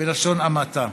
בלשון המעטה.